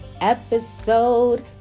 episode